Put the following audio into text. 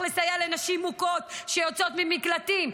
לסייע לנשים מוכות שיוצאות ממקלטים.